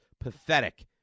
Pathetic